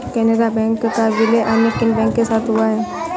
Canara bank का विलय अन्य किन बैंक के साथ हुआ है?